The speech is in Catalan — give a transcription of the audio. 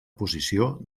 posició